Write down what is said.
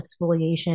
exfoliation